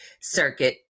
circuit